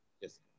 Yes